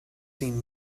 seen